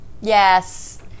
Yes